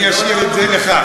אני אשאיר את זה לך.